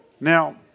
Now